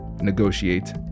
negotiate